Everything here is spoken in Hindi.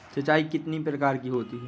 सिंचाई कितनी प्रकार की होती हैं?